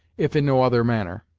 if in no other manner.